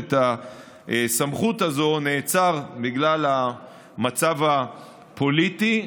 את הסמכות הזאת נעצר בגלל המצב הפוליטי.